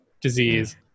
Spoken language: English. disease